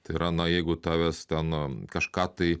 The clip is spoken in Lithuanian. tai yra na jeigu tavęs ten kažką tai